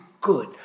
good